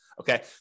Okay